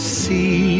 see